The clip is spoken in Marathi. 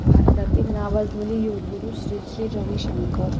भारतातील नावाजलेले योग गुरु श्री श्री रवीशंकर